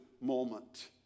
moment